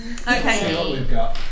Okay